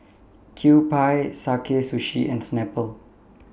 Kewpie Sakae Sushi and Snapple